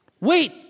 Wait